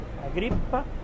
Agrippa